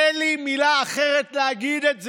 אין לי מילה אחרת להגיד את זה.